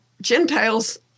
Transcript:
Gentiles